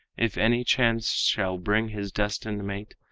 if any chance shall bring his destined mate,